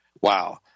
Wow